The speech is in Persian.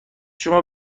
شما